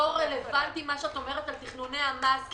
מה שאת אומרת על תכנוני המס הוא באמת לא רלוונטי.